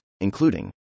including